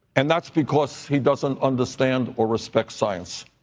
and that's because he doesn't understand or respect science.